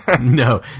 No